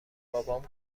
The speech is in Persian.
بابام